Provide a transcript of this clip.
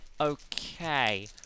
Okay